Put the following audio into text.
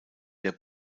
der